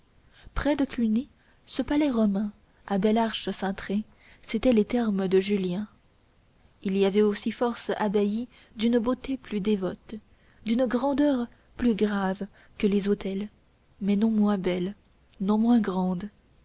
près de cluny ce palais romain à belles arches cintrées c'étaient les thermes de julien il y avait aussi force abbayes d'une beauté plus dévote d'une grandeur plus grave que les hôtels mais non moins belles non moins grandes